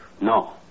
No